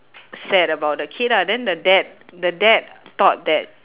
sad about the kid ah then the dad the dad thought that